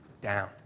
down